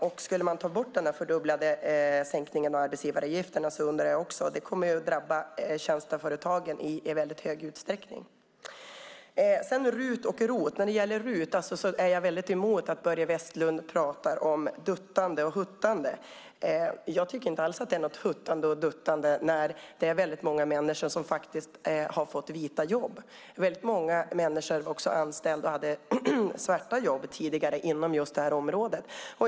Om man tar bort den fördubblade sänkningen av arbetsgivaravgifterna kommer det att drabba tjänsteföretagen i väldigt hög utsträckning. Sedan kommer jag till frågan om RUT och ROT. När det gäller RUT är jag väldigt emot att Börje Vestlund talar om duttande och huttande. Det är inte alls något duttande och huttande när det är väldigt många människor som har fått vita jobb. Väldigt många människor hade tidigare svarta jobb inom det här området.